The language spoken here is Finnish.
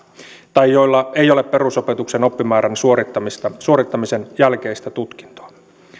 tai joilla ei ole perusopetuksen oppimäärän suorittamisen suorittamisen jälkeistä tutkintoa